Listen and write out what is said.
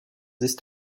ist